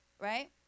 right